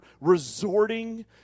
resorting